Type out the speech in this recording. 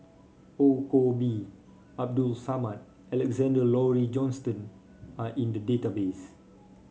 Ong Koh Bee Abdul Samad Alexander Laurie Johnston are in the database